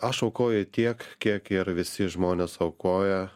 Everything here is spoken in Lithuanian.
aš aukoju tiek kiek ir visi žmonės aukoja